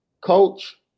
Coach